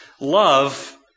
love